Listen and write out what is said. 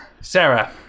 Sarah